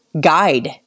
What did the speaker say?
guide